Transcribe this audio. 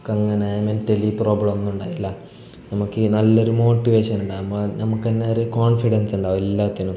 നമുക്കങ്ങനെ മെൻ്റലി പ്രോബ്ലൊന്നും ഉണ്ടാവില്ല നമുക്കീ നല്ലൊരു മോട്ടിവേഷൻ ഉണ്ടാവുമ്പോൾ നമുക്ക് തന്നെ ഒരു കോൺഫിഡൻസ്സുണ്ടാവും എല്ലാത്തിനും